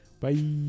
Bye